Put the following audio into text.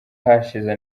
hashize